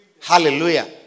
hallelujah